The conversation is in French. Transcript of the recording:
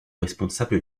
responsable